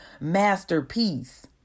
masterpiece